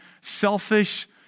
selfish